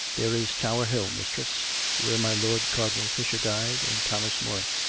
there is tower hill, mistress where my lord cardinal fisher died, and thomas more.